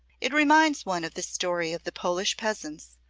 it reminds one of the story of the polish peasants,